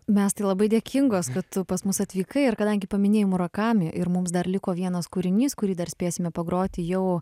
mes tai labai dėkingos kad pas mus atvykai ar kadangi paminėjai murakamį ir mums dar liko vienas kūrinys kurį dar spėsime pagroti jau